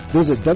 Visit